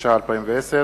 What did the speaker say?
התש"ע 2010,